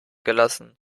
gelassen